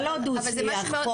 זה לא דו שיח,